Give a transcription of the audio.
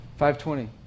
520